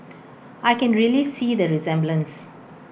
I can really see the resemblance